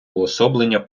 уособлення